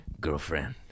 girlfriend